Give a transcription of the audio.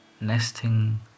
nesting